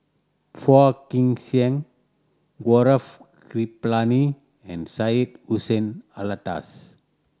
Phua Kin Siang Gaurav Kripalani and Syed Hussein Alatas